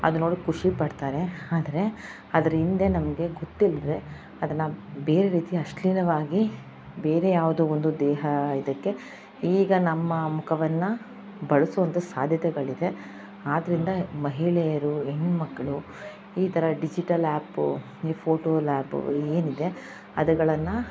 ಅದು ನೋಡಿ ಖುಷಿಪಡ್ತಾರೆ ಆದರೆ ಅದರ ಹಿಂದೆ ನಮಗೆ ಗೊತ್ತಿಲ್ಲದೆ ಅದನ್ನು ಬೇರೆ ರೀತಿ ಅಶ್ಲೀಲವಾಗಿ ಬೇರೆ ಯಾವುದೋ ಒಂದು ದೇಹ ಇದಕ್ಕೆ ಈಗ ನಮ್ಮ ಮುಖವನ್ನು ಬಳಸುವಂಥ ಸಾಧ್ಯತೆಗಳಿದೆ ಆದ್ದರಿಂದ ಮಹಿಳೆಯರು ಹೆಣ್ಣುಮಕ್ಳು ಈ ಥರ ಡಿಜಿಟಲ್ ಆ್ಯಪು ಈ ಫೋಟೋ ಲ್ಯಾಬು ಏನಿದೆ ಅದಗಳನ್ನ